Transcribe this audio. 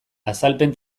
azalpen